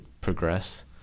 progress